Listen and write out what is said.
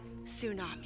tsunami